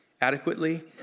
adequately